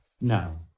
No